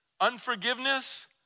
unforgiveness